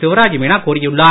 சிவராஜ் மீனா கூறியுள்ளார்